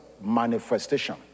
manifestation